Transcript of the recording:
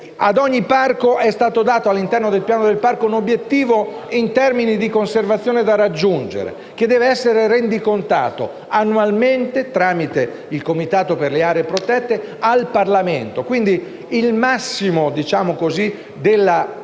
A ogni parco è stato dato, all’interno del Piano del parco, un obiettivo in termini di conservazione da raggiungere, che deve essere rendicontato annualmente, tramite il Comitato per le aree protette, al Parlamento: quindi, il massimo del